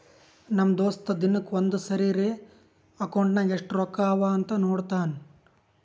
ನಮ್ ದೋಸ್ತ ದಿನಕ್ಕ ಒಂದ್ ಸರಿರೇ ಅಕೌಂಟ್ನಾಗ್ ಎಸ್ಟ್ ರೊಕ್ಕಾ ಅವಾ ಅಂತ್ ನೋಡ್ತಾನ್